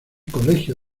colegio